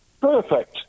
Perfect